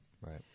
Right